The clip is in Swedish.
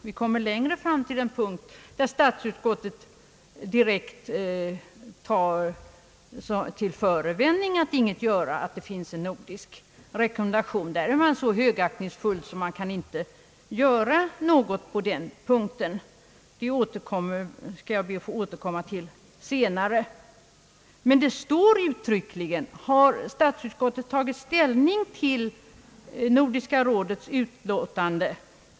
Vi kommer längre fram till en punkt där statsutskottet direkt tar en nordisk rekommendation till förevändning för att ingenting göra. Då är man så högaktningsfull mot Nordiska rådet att man inte anser sig kunna göra något alls — jag ber att få återkomma till den punkten senare. Här står uttryckligen att statsutskottet tagit ställning till Nordiska rådets utlåtande.